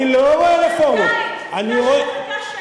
אני לא רואה רפורמות, מה, באמת?